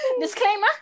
disclaimer